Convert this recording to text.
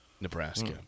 Nebraska